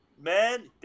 man